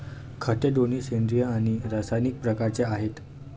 खते दोन्ही सेंद्रिय आणि रासायनिक प्रकारचे आहेत